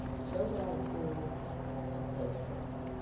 show gratitude and pay it forward.